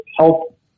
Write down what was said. help